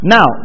Now